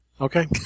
Okay